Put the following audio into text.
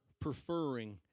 preferring